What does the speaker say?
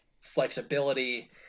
flexibility